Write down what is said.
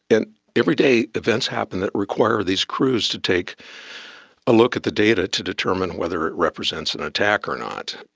and every day events happen that require these crews to take a look at the data to determine whether it represents an attack or not.